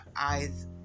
eyes